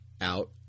out